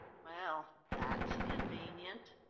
well, that's convenient.